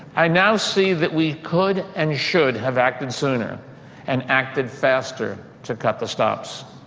i now see that we could and should have acted sooner and acted faster to cut the stops.